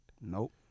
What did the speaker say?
Nope